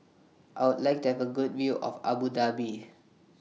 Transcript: I Would like to Have A Good View of Abu Dhabi